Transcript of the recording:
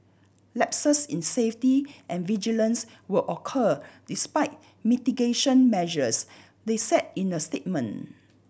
lapses in safety and vigilance will occur despite mitigation measures they said in a statement